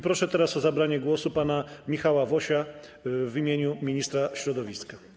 Proszę teraz o zabranie głosu pana Michała Wosia w imieniu ministra środowiska.